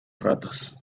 ratas